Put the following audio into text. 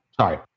Sorry